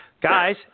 Guys